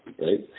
Right